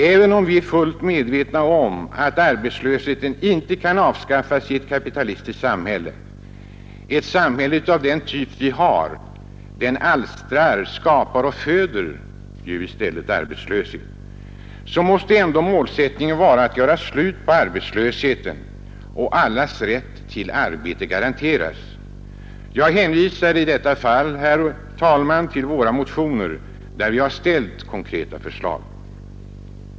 Även om vi är fullt medvetna om att arbetslösheten inte kan avskaffas i ett kapitalistiskt samhälle — ett samhälle av denna typ alstrar, skapar och föder i stället arbetslöshet — måste målsättningen ändå vara att göra slut på arbetslösheten; allas rätt till arbete måste garanteras. Jag hänvisar till våra motioner, där vi har framfört konkreta förslag.